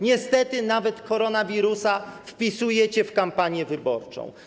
Niestety nawet koronawirusa wpisujecie w kampanię wyborczą.